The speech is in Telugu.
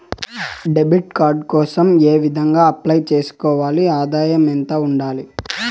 డెబిట్ కార్డు కోసం ఏ విధంగా అప్లై సేసుకోవాలి? ఆదాయం ఎంత ఉండాలి?